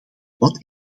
wat